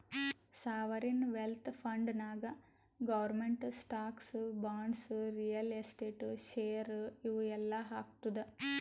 sovereign wealth ಫಂಡ್ನಾಗ್ government stocks, bonds, real estate, share ಇವು ಎಲ್ಲಾ ಹಾಕ್ತುದ್